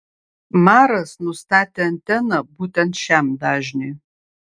maras nustatė anteną būtent šiam dažniui